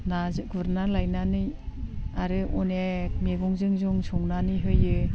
ना गुरना लायनानै आरो अनेख मैगंजों जों संनानै होयो